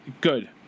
Good